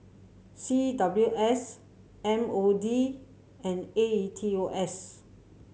C W S M O D and A E T O S